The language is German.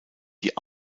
die